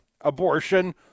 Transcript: abortion